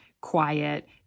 quiet